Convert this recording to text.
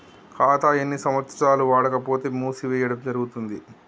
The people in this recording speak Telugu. ఖాతా ఎన్ని సంవత్సరాలు వాడకపోతే మూసివేయడం జరుగుతుంది?